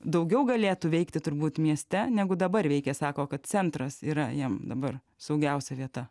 daugiau galėtų veikti turbūt mieste negu dabar veikia sako kad centras yra jam dabar saugiausia vieta